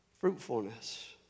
Fruitfulness